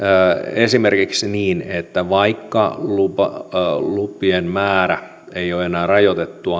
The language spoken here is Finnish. esimerkiksi niin että vaikka lupien määrä ei ole enää rajoitettu